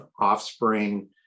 offspring